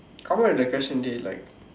come up with a question dey like